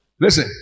Listen